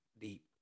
deep